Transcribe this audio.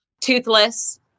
toothless